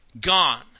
gone